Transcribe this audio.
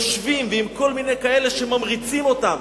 ויושבים עם כל מיני כאלה שממריצים אותם.